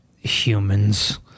Humans